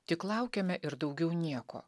tik laukiame ir daugiau nieko